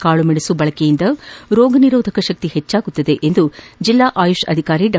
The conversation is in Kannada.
ಕಾಳುಮೆಣಸು ಬಳಕೆಯಿಂದ ರೋಗನಿರೋಧಕ ಶಕ್ತಿ ಹೆಚ್ಚಾಗುತ್ತದೆ ಎಂದು ಜಿಲ್ಲಾ ಆಯುಷ್ ಅಧಿಕಾರಿ ಡಾ